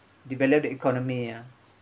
develop the economy